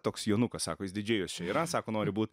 toks jonukas sako jis didžėjus čia yra sako nori būt